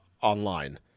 Online